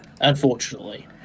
Unfortunately